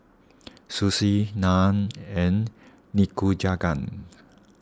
Sushi Naan and Nikujaga